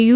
you